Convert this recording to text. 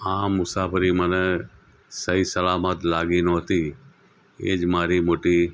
આ મુસાફરી મને સહી સલામત લાગી નહોતી એ જ મારી મોટી